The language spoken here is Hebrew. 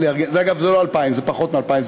אגב, זה לא 2,000. זה פחות מ-2,000.